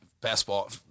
basketball